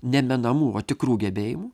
ne menamų o tikrų gebėjimų